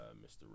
Mr